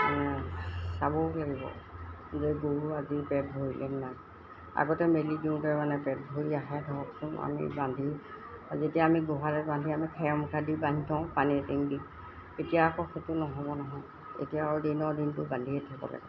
চাবও লাগিব যে গৰু আজি পেট ভৰিলে নাই আগতে মেলি দিওঁতে মানে পেট ভৰি আহে ধৰকচোন আমি বান্ধি যেতিয়া আমি গোহালিত বান্ধি আমি খেৰ এমুঠা দি বান্ধি থওঁ পানী এটিং দি তেতিয়া আকৌ সেইটো নহ'ব নহয় এতিয়া আৰু দিনৰ দিনটো বান্ধিয়ে থ'ব লাগে